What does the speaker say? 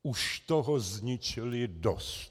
Už toho zničili dost.